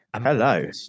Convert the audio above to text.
Hello